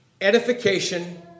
edification